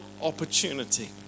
opportunity